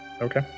okay